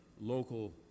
local